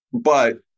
But-